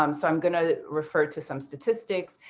um so i am going to refer to some statistics,